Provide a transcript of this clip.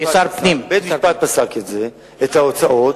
בית-המשפט פסק את ההוצאות,